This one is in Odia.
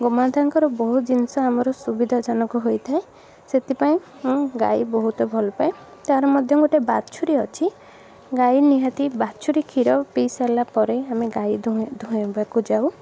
ଗୋମାତାଙ୍କର ବହୁତ ଜିନିଷ ଆମର ସୁବିଧାଜନକ ହୋଇଥାଏ ସେଥିପାଇଁ ମୁଁ ଗାଈ ବହୁତ ଭଲ ପାଏ ତା'ର ମଧ୍ୟ ଗୋଟେ ବାଛୁରୀ ଅଛି ଗାଈ ନିହାତି ବାଛୁରୀ କ୍ଷୀର ପିଇ ସାରିଲା ପରେ ଆମେ ଗାଈ ଦୁହେଁ ଦୁହିଁବାକୁ ଯାଉ